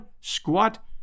squat